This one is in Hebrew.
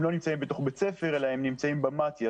הם לא נמצאים בתוך בית ספר אלא הם נמצאים במתי"א,